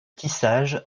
tissage